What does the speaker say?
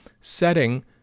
setting